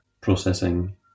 processing